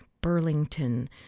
Burlington